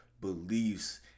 beliefs